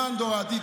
למען דור העתיד.